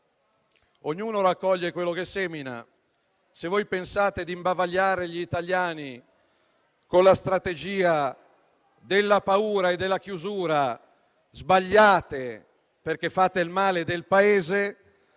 Ognuno raccoglie quello che semina. Se voi pensate di imbavagliare gli italiani, con la strategia della paura e della chiusura, sbagliate, perché fate il male del Paese.